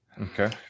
Okay